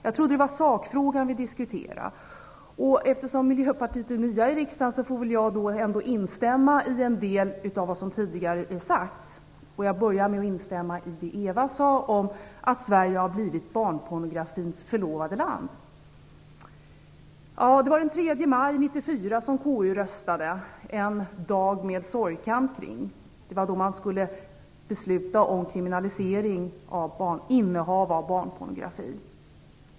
Jag trodde att det var sakfrågan vi diskuterade. Eftersom Miljöpartiet är nytt i riksdagen får jag väl ändå instämma i en del av vad som tidigare har sagts. Jag börjar med att instämma i det Ewa Zetterberg sade om att Sverige har blivit barnpornografins förlovade land. Det var den 3 maj 1994 som KU röstade - en dag med sorgkant kring. Det var då man skulle besluta om kriminalisering av innehav av barnpornografi.